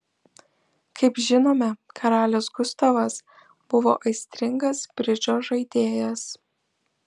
kaip žinome karalius gustavas buvo aistringas bridžo žaidėjas